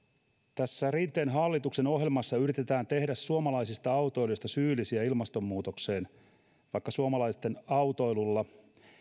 tässä rinteen hallituksen ohjelmassa yritetään tehdä suomalaisista autoilijoista syyllisiä ilmastonmuutokseen vaikka suomalaisten autoilulla